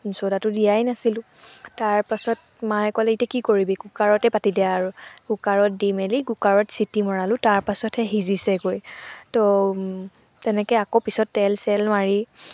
চ'দাটো দিয়াই নাছিলোঁ তাৰপাছত মায়ে ক'লে এতিয়া কি কৰিবি কুকাৰতে পাতি দে আৰু কুকাৰত দি মেলি কুকাৰত চিটি মৰালোঁ তাৰ পাছতহে সিজিছেগৈ তো তেনেকৈ আকৌ পিছত তেল চেল মাৰি